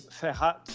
Ferhat